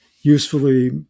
usefully